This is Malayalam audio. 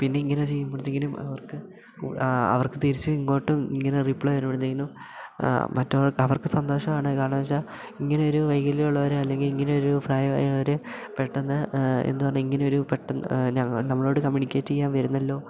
പിന്നെ ഇങ്ങനെ ചെയ്യുമ്പോഴത്തെക്കിനും അവർക്ക് അവർക്ക് തിരിച്ചും ഇങ്ങോട്ടും ഇങ്ങനെ റിപ്ലൈ തരുമ്പഴ്ത്തെക്കിനും മറ്റുള്ളവർക്ക് അവർക്ക് സന്തോഷമാണ് കാരണം എന്ന് വെച്ചാൽ ഇങ്ങനെ ഒരു വൈകല്യം ഉള്ളവരെ അല്ലെങ്കിൽ ഇങ്ങനെ ഒരു ഒരു പ്രായമായവർ പെട്ടെന്ന് എന്താ പറഞ്ഞാൽ ഇങ്ങനെ ഒരു പെട്ടെന്ന് നമ്മളോട് കമ്മ്യൂണിക്കേറ്റ് ചെയ്യാൻ വരുന്നല്ലോ